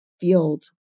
field